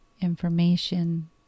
information